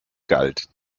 galt